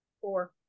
Four